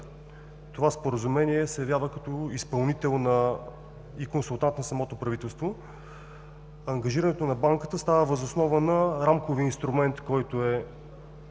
това Споразумение се явява като изпълнител и консултант на самото правителство. Ангажирането на Банката става въз основа на рамковия инструмент, който е